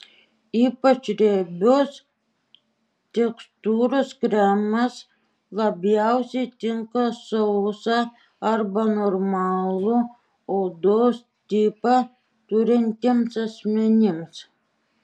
ypač riebios tekstūros kremas labiausiai tinka sausą arba normalų odos tipą turintiems asmenims